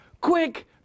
Quick